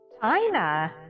China